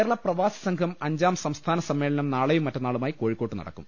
കേരള പ്രവാസി സംഘം അഞ്ചാംസംസ്ഥാനസമ്മേളനം നാളെയും മറ്റന്നാളുമായി കോഴിക്കോട്ട് നടക്കും